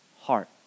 heart